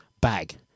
bag